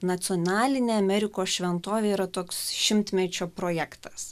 nacionalinė amerikos šventovė yra toks šimtmečio projektas